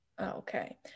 Okay